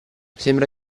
sembra